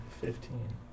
fifteen